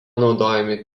naudojami